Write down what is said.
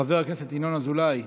חבר הכנסת ינון אזולאי,